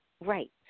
Right